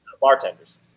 bartenders